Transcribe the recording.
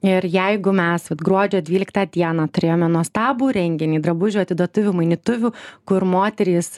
ir jeigu mes vat gruodžio dvyliktą dieną turėjome nuostabų renginį drabužių atiduotuvių mainytuvių kur moterys